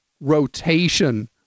rotation